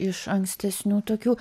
iš ankstesnių tokių